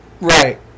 Right